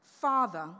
Father